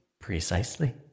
Precisely